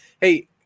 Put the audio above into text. Hey